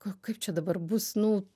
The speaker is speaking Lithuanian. k kaip čia dabar bus nu